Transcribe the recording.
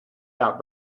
out